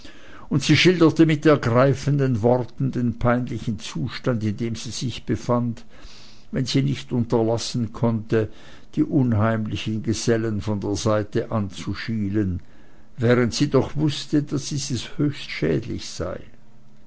und sie schilderte mit ergreifenden worten den peinlichen zustand in dem sie sich befand wenn sie nicht unterlassen konnte die unheimlichen gesellen von der seite anzuschielen während sie doch wußte daß dieses höchst schädlich sei